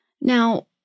Now